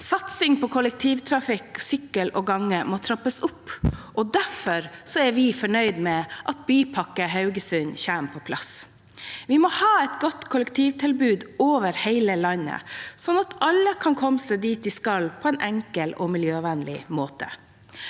Satsingen på kollektivtrafikk, sykkel og gange må trappes opp. Derfor er vi fornøyde med at Bypakke Haugesund kommer på plass. Vi må ha et godt kollektivtilbud over hele landet, slik at alle kan komme seg dit de skal, på en enkel og miljøvennlig måte.